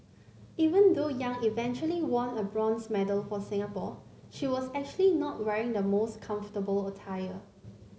even though Yang eventually won a bronze medal for Singapore she was actually not wearing the most comfortable attire